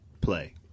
play